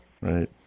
right